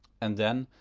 and then,